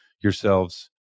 yourselves